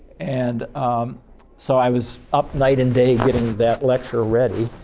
and so, i was up night and day getting that lecture ready,